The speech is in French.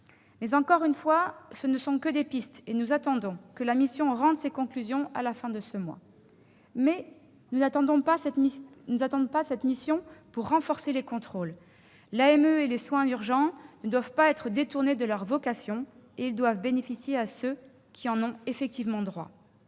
Mais encore une fois, ce ne sont que des pistes, et nous attendons que la mission rende ses conclusions à la fin de ce mois. En revanche, nous n'attendons pas les conclusions de cette mission pour renforcer les contrôles : l'AME et les soins urgents ne doivent pas être détournés de leur vocation, et ils doivent bénéficier à ceux qui y ont effectivement droit.